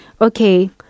Okay